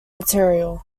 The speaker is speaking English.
material